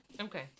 Okay